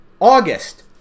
August